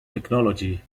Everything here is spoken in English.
technology